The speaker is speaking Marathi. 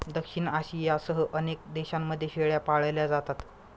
दक्षिण आशियासह अनेक देशांमध्ये शेळ्या पाळल्या जातात